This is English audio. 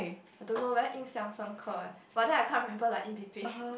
I don't know very 印象深刻: yin xiang shen ke but then I can't remember like in between